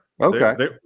Okay